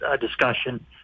discussion